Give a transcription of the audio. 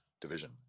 division